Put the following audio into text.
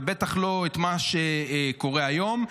ובטח לא את מה שקורה היום,